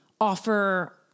offer